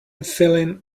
feeling